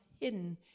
hidden